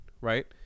right